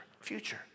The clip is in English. Future